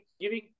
giving